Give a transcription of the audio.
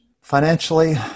financially